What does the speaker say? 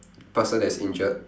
person that is injured